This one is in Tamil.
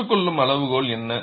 ஏற்றுக்கொள்ளும் அளவுகோல் என்ன